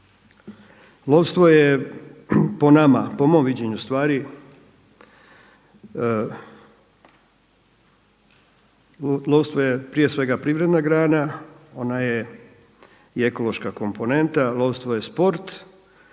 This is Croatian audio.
Lovstvo je po nama, po mom viđenju stvari privredna grana, ona je i ekološka komponenta, lovstvo je sport,